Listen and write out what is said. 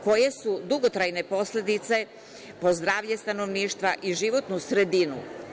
Koje su dugotrajne posledice po zdravlje stanovništva i životnu sredinu?